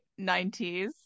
90s